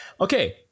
Okay